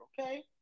Okay